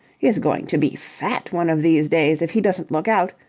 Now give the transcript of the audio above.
is going to be fat one of these days, if he doesn't look out.